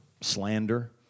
slander